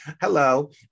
Hello